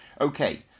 okay